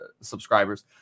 subscribers